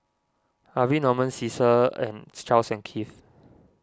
Harvey Norman Cesar and Charles and Keith